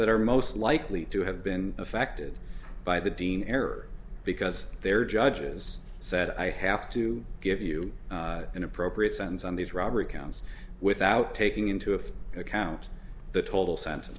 that are most likely to have been affected by the dean error because they're judges said i have to give you an appropriate sentence on these robbery counts without taking into of account the total sen